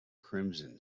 crimson